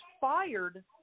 fired